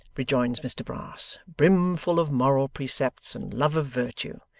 rejoins mr brass, brim-full of moral precepts and love of virtue.